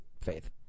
faith